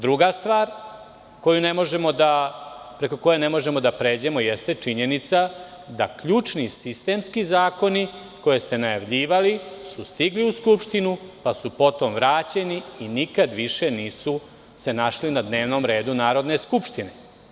Druga stvar preko koje ne možemo da pređemo, jeste činjenica da ključni sistemski zakoni koje ste najavljivali, su stigli u Skupštinu, pa su potom vraćeni nikad više nisu se našli na dnevnom redu Narodne skupštine.